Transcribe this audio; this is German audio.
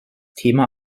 thema